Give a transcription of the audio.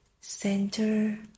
center